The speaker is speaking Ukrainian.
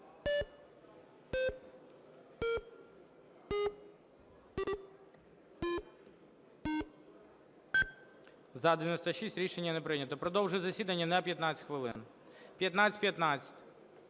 За-96 Рішення не прийнято. Продовжую засідання на 15 хвилин. 1515.